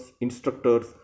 instructors